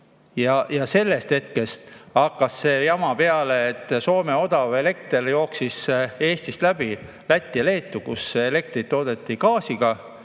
Sellest hetkest hakkas see jama peale. Soome odav elekter jooksis Eestist läbi Lätti ja Leetu, kus elektrit toodeti gaasiga